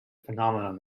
phenomenon